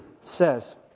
says